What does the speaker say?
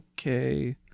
okay